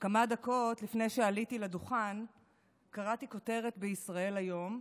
כמה דקות לפני שעליתי לדוכן קראתי כותרת בישראל היום: